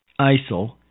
ISIL